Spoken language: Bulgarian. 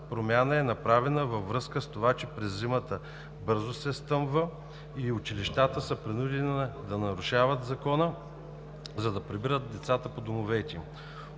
промяна е направена във връзка с това, че през зимата бързо се стъмва и училищата са принудени да нарушават Закона, за да прибират децата по домовете